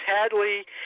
Hadley